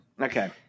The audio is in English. Okay